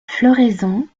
floraison